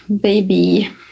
baby